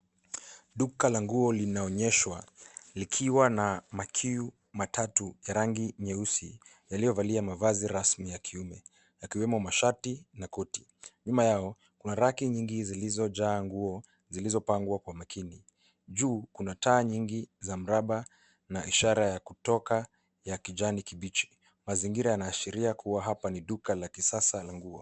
Duka la nguo linaonyeshwa likiwa na makiu matatu ya rangi nyeusi yaliyovalia mavazi rasmi ya kiume yakiwemo masharti na koti. Nyuma yao kuna Raki nyingi zilizojaa nguo zilizopangwa kwa makini. Juu kuna taa nyingi za mraba na ishara ya kutoka ya kijani kibichi. Mazingira yanaashiria kuwa hapa ni duka la kisasa la nguo.